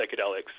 psychedelics